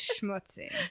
schmutzy